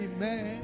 Amen